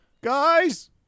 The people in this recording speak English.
Guys